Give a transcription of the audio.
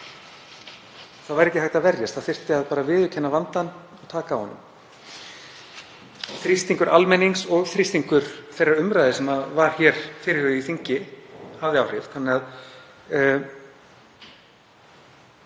að það væri hægt að verjast, það þyrfti bara að viðurkenna vandann og taka á honum. Þrýstingur almennings og þrýstingur þeirrar umræðu sem var hér fyrirhuguð á þingi hafði áhrif, þannig að